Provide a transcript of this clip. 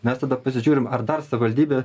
mes tada pasižiūrim ar dar savivaldybė